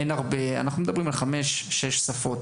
אנחנו מדברים על חמש או שש שפות.